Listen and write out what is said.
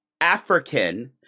African